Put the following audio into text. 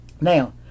Now